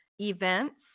events